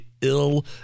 ill